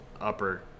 upper